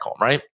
right